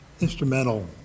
instrumental